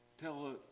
tell